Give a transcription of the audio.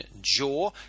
jaw